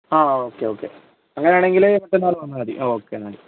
ആ okay okay അങ്ങനെയാണെങ്കിൽ മറ്റന്നാൾ വന്നാൽ മതി ഓക്കേ എന്നാൽ